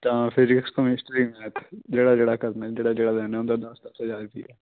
ਤਾਂ physics chemistry math ਜਿਹੜਾ ਜਿਹੜਾ ਕਰਨਾ ਜਿਹੜਾ ਜਿਹੜਾ ਲੈਣਾ ਉਹਦਾ ਦਸ ਦਸ ਹਜ਼ਾਰ ਰੁਪਈਆ